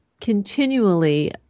continually